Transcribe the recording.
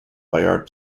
bayard